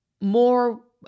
more